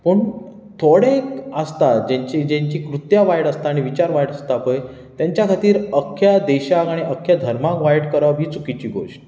पूण थोडें एक आसता जेंचें जेंचीं कृत्यां वायट आसता आनी विचार वायट आसता पळय तेंच्या खातीर अख्ख्या देशाक आनी अख्ख्या धर्माक वायट करप ही चुकिची गोश्ट